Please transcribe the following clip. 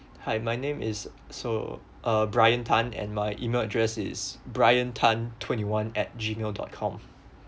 hi my name is so uh brian tan and my email address is brian tan twenty one at gmail dot com